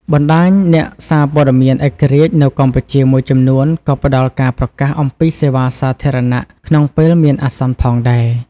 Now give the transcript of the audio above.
បណ្តាញអ្នកសារព័ត៌មានឯករាជ្យនៅកម្ពុជាមួយចំនួនក៏ផ្តល់ការប្រកាសអំពីសេវាសាធារណៈក្នុងពេលមានអាសន្នផងដែរ។